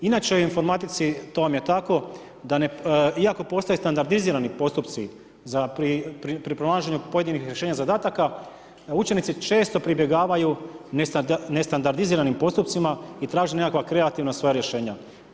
Inače u informatici to vam je tako iako postoje standardizirani postupci za pri pronalaženju pojedinih rješenja zadataka, učenici često pribjegavaju nestandardiziranim postupcima i traže nekakva kreativna svoja rješenja.